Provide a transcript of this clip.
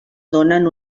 donen